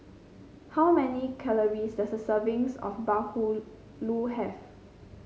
how many calories does a servings of bahulu have